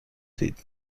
دید